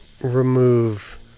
remove